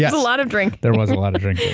yeah a lot of drinking. there was a lot of drinking.